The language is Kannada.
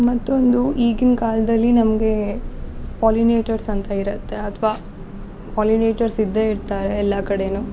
ಮತ್ತೊಂದು ಈಗಿನ ಕಾಲದಲ್ಲಿ ನಮಗೆ ಪಾಲಿನೇಟರ್ಸ್ ಅಂತ ಇರುತ್ತೆ ಅಥ್ವಾ ಪಾಲಿನೇಟರ್ಸ್ ಇದ್ದೇ ಇರ್ತಾರೆ ಎಲ್ಲ ಕಡೆಯೂ